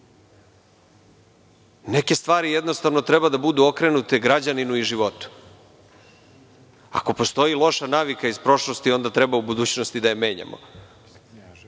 Niš. Neke stvari treba da budu okrenute građaninu i životu. Ako postoji loša navika iz prošlosti, onda treba u budućnosti da je menjamo.